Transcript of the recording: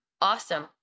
awesome